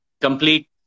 complete